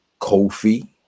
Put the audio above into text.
Kofi